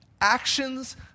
actions